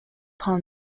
ponds